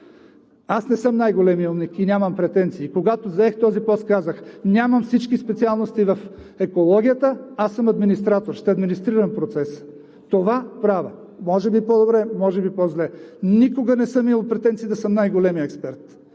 Не съм най-големият умник и нямам претенции. Когато заех този пост, казах: нямам всички специалности в екологията, аз съм администратор, ще администрирам процеса. Това правя. Може би по-добре, може би по зле. Никога не съм имал претенции да съм най-големият експерт